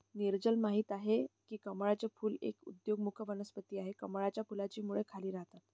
नीरजल माहित आहे की कमळाचे फूल एक उदयोन्मुख वनस्पती आहे, कमळाच्या फुलाची मुळे खाली राहतात